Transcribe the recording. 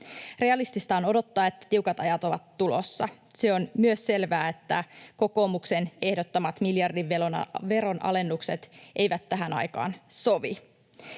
Realistista on odottaa, että tiukat ajat ovat tulossa. Se on myös selvää, että kokoomuksen ehdottamat miljardiveronalennukset eivät tähän aikaan sovi.